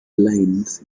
lines